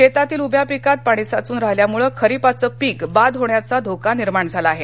शेतातील उभ्या पिकात पाणी साचून राहिल्यामुळे खरिपाचे पीक बाद होण्याचा धोका निर्माण झाला आहे